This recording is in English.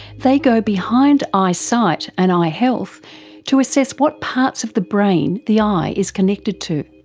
they go behind eyesight and eye health to assess what parts of the brain the eye is connected to.